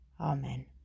Amen